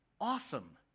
awesome